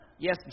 Yes